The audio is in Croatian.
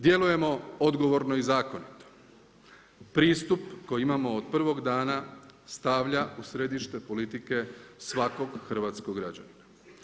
Djelujemo odgovorno i zakonito, pristup koji imamo od prvog dana, stavlja u središte politike, svakog hrvatskog građanina.